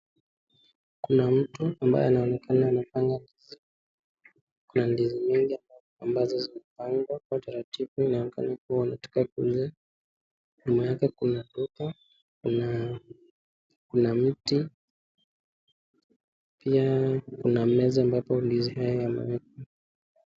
Kuna mtu ambaye anaonekana anafanya. Kuna ndizi mingi ambazo zimepangwa kwa utaratibu anaonekana anataka kuuza. Nyuma yake kuna twiga, kuna miti. Pia kuna meza ambapo ndizi haya yamewekwa.